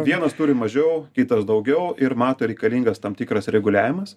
vienas turi mažiau kitas daugiau ir mato reikalingas tam tikras reguliavimas